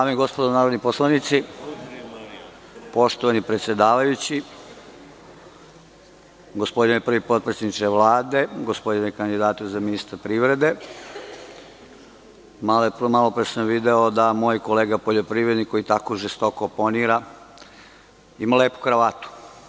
Dame i gospodo narodni poslanici, poštovani predsedavajući, gospodine prvi potpredsedniče Vlade, gospodine kandidatu za ministra privrede, malo pre sam video da moj kolega poljoprivrednik, koji tako žestoko oponira, ima lepu kravatu.